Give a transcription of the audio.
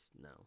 No